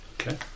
Okay